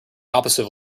opposite